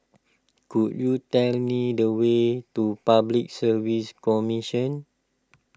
could you tell me the way to Public Service Commission